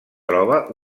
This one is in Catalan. troba